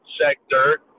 sector